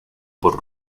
por